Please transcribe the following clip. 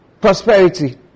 prosperity